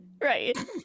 Right